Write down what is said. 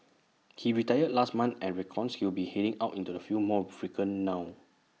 he retired last month and reckons he will be heading out into the field more frequently now